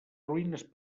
ruïnes